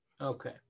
Okay